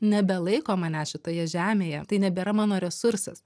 nebelaiko manęs šitoje žemėje tai nebėra mano resursas